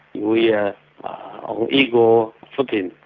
we are on equal footing.